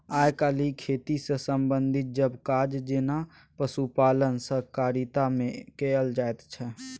आइ काल्हि खेती सँ संबंधित सब काज जेना पशुपालन सहकारिता मे कएल जाइत छै